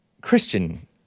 christian